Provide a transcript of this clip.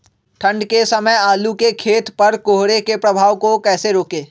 ठंढ के समय आलू के खेत पर कोहरे के प्रभाव को कैसे रोके?